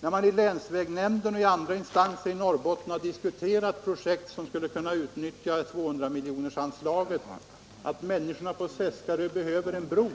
När man i länsvägnämnden och i andra instanser i Norrbotten har diskuterat de projekt som skulle kunna komma in under anslaget på 200 milj.kr. har det bedömts vara viktigast att människorna på Seskarö får en bro.